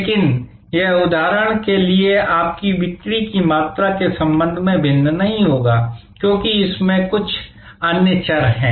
लेकिन यह उदाहरण के लिए आपकी बिक्री की मात्रा के संबंध में भिन्न नहीं होगा क्योंकि इसमें कई अन्य चर हैं